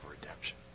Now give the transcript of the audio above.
redemption